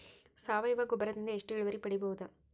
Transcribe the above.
ಸಾವಯವ ಗೊಬ್ಬರದಿಂದ ಎಷ್ಟ ಇಳುವರಿ ಪಡಿಬಹುದ?